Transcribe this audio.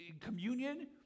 communion